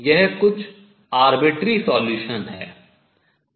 यह कुछ arbitrary solution स्वेच्छ हल है